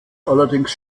allerdings